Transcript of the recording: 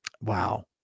wow